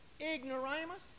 Ignoramus